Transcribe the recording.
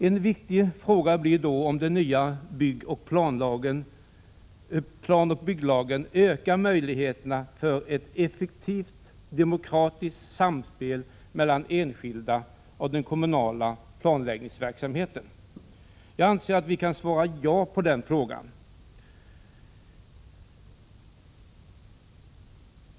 En viktig fråga blir då om den nya planoch bygglagen ökar möjligheterna för ett effektivt demokratiskt samspel mellan enskilda intressen och den kommunala planläggningsverksamheten. Jag anser att vi kan svara ja på den frågan.